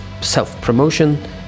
self-promotion